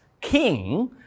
king